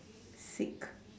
sick